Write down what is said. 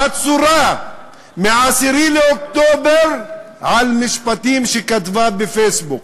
עצורה מ-10 באוקטובר על משפטים שכתבה בפייסבוק.